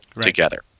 together